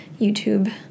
YouTube